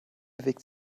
bewegt